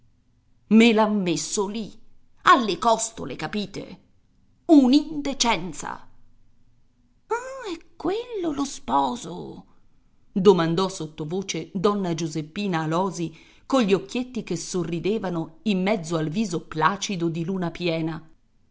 me l'han messo lì alle costole capite un'indecenza ah è quello lo sposo domandò sottovoce donna giuseppina alòsi cogli occhietti che sorridevano in mezzo al viso placido di luna piena